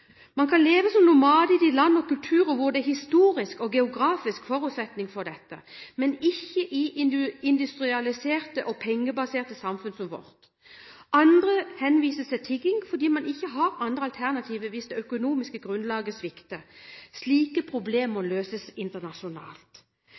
Man kan leve som nomader i de land og kulturer hvor det er historisk og geografisk forutsetning for dette, men ikke i industrialiserte og pengebaserte samfunn som vårt. Andre henvises til tigging fordi man ikke har andre alternativer hvis det økonomiske grunnlaget svikter. Slike problemer må